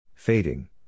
Fading